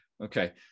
Okay